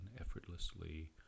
effortlessly